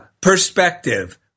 perspective